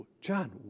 John